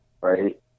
right